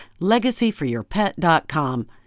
LegacyForYourPet.com